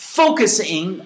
focusing